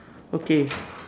okay